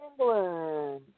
England